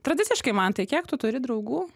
tradiciškai mantai kiek tu turi draugų